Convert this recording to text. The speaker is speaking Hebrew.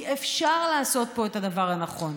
כי אפשר לעשות פה את הדבר הנכון.